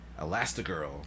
Elastigirl